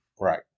Right